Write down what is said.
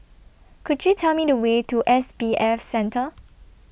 Could YOU Tell Me The Way to S B F Center